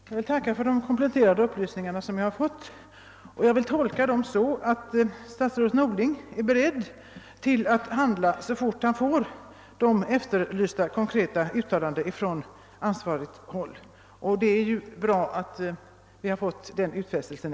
Herr talman! Jag vill tacka för de kompletterande upplysningar jag har fått. Jag tolkar dem så, att statsrådet Norling är beredd att handla så fort han får de efterlysta konkreta uttalandena från ansvarigt håll. Det är ju bra att vi i alla fall har fått den utfästelsen.